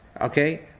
Okay